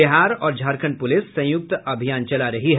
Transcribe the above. बिहार और झारखण्ड पुलिस संयुक्त अभियान चला रही हैं